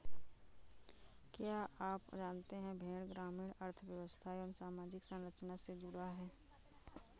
क्या आप जानते है भेड़ ग्रामीण अर्थव्यस्था एवं सामाजिक संरचना से जुड़ा है?